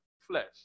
flesh